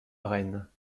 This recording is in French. lorraine